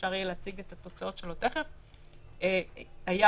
ואפשר יהיה תיכף להציג את התוצאות שלו